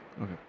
Okay